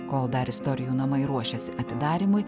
kol dar istorijų namai ruošiasi atidarymui